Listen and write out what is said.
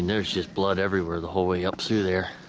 there's just blood everywhere the whole way up sooo there